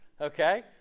okay